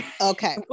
Okay